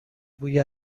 بوی